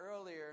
earlier